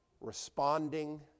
responding